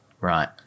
right